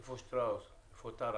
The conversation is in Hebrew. איפה שטראוס, איפה טרה,